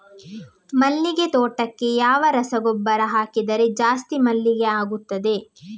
ಮಲ್ಲಿಗೆ ತೋಟಕ್ಕೆ ಯಾವ ರಸಗೊಬ್ಬರ ಹಾಕಿದರೆ ಜಾಸ್ತಿ ಮಲ್ಲಿಗೆ ಆಗುತ್ತದೆ?